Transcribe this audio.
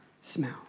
smell